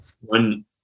One